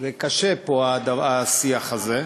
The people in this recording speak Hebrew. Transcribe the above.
קשה פה השיח הזה.